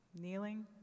Kneeling